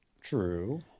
True